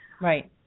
Right